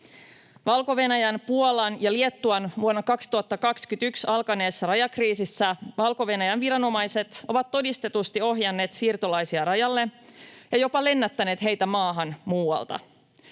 Valko-Venäjän, Puolan ja Liettuan vuonna 2021 alkaneessa rajakriisissä Valko-Venäjän viranomaiset ovat todistetusti ohjanneet siirtolaisia rajalle ja jopa lennättäneet heitä maahan muualta.